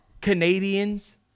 Canadians